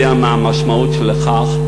יודע מה המשמעות בכך.